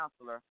counselor